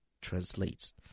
translates